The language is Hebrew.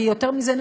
והיא יותר מזה,